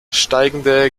steigende